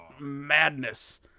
madness